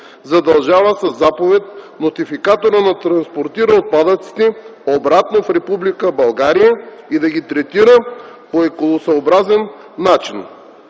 задължава със заповед нотификатора да транспортира отпадъците обратно в Република България и да ги третира по екологосъобразен начин.